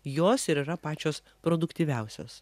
jos ir yra pačios produktyviausios